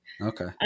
okay